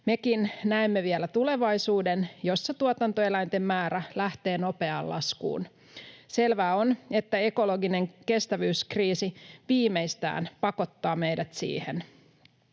mekin näemme vielä tulevaisuuden, jossa tuotantoeläinten määrä lähtee nopeaan laskuun. Selvää on, että ekologinen kestävyyskriisi viimeistään pakottaa meidät siihen.